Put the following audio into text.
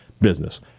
Business